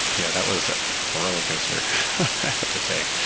yeah, that was a roller coaster, i have to say,